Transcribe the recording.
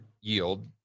yield